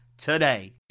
today